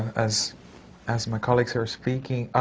as as my colleagues are speaking.